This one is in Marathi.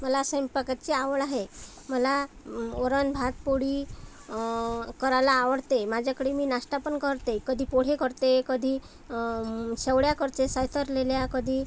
मला स्वैंपाकाची आवड आहे मला वरण भात पोळी करायला आवडते माझ्याकडे मी नाष्टापण करते कधी पोहे करते कधी शेवड्या करते सायतरलेल्या कधी